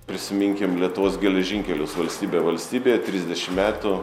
prisiminkim lietuvos geležinkelius valstybė valstybėje trisdešim metų